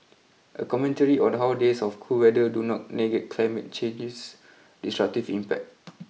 a commentary on how days of cool weather do not negate climate change's destructive impact